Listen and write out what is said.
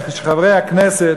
כפי שחברי הכנסת,